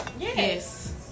yes